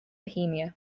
bohemia